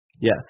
Yes